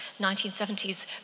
1970s